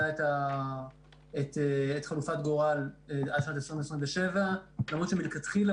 את חלופת גורל עד 2027 למרות שמלכתחילה,